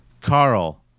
Carl